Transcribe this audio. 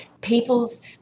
people's